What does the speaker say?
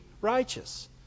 righteous